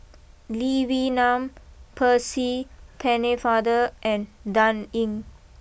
Lee Wee Nam Percy Pennefather and Dan Ying